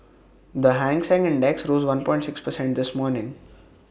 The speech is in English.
the hang Seng index rose one point six precent this morning